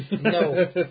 no